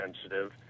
sensitive